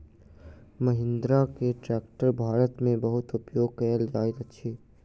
महिंद्रा के ट्रेक्टर भारत में बहुत उपयोग कयल जाइत अछि